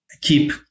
keep